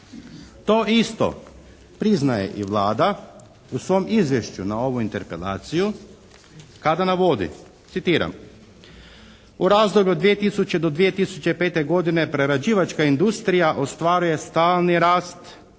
To isto priznaje i Vlada u svom izvješću na ovu Interpelaciju kada navodi, citiram: «U razdoblju od 2000. do 2005. godine prerađivačka industrija ostvaruje stalni rast